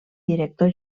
director